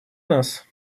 нас